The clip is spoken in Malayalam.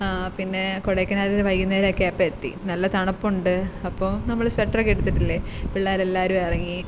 പിന്നെ കൊടൈക്കനാലിൽ വൈകുന്നേരമൊക്കെ ആയപ്പം എത്തി നല്ല തണുപ്പുണ്ട് അപ്പോൾ നമ്മൾ സ്വെറ്ററൊക്കെ എടുത്തിട്ടില്ലേ പിള്ളേർ എല്ലാവരുമുറങ്ങി